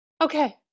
Okay